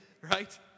Right